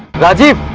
rajeev